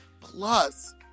plus